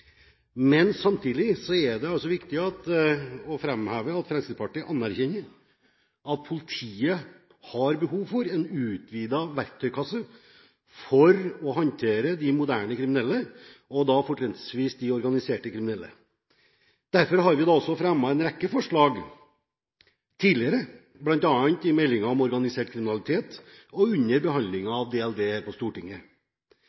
Men samtidig er det altså viktig å framheve at Fremskrittspartiet anerkjenner at politiet har behov for en utvidet verktøykasse for å håndtere de moderne kriminelle, og da fortrinnsvis de organiserte kriminelle. Derfor har vi fremmet en rekke forslag tidligere, bl.a. i forbindelse med meldingen om organisert kriminalitet og under